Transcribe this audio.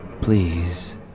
please